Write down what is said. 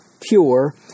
pure